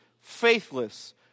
faithless